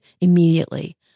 immediately